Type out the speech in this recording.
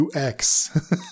UX